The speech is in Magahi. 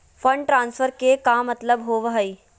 फंड ट्रांसफर के का मतलब होव हई?